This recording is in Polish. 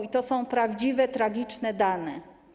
I to są prawdziwe tragiczne dane.